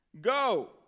go